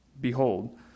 Behold